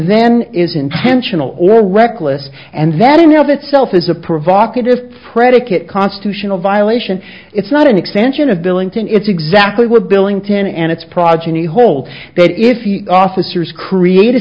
then is intentional or reckless and that in the of itself is a provocative predicate constitutional violation it's not an extension of billington it's exactly what billington and its progeny hold that if you officers create a